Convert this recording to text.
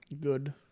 Good